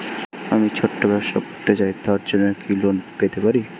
আমি ছোট ব্যবসা করতে চাই তার জন্য কি লোন পেতে পারি?